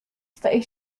staje